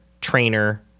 trainer